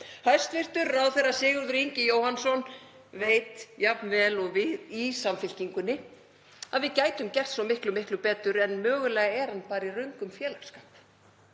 Hæstv. ráðherra, Sigurður Ingi Jóhannsson, veit jafn vel og við í Samfylkingunni að við gætum gert svo miklu betur, en mögulega er hann bara í röngum félagsskap.